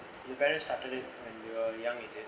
your parent started it when you were young you can